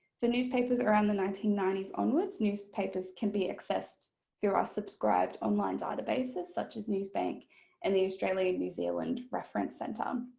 for newspapers around the nineteen ninety s onwards newspapers can be accessed through our ah subscribed online databases such as newsbank and the australian new zealand reference centre. um